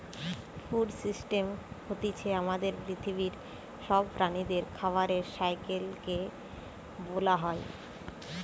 food system হতিছে আমাদের পৃথিবীর সব প্রাণীদের খাবারের সাইকেল কে বোলা হয়